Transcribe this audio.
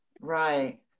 Right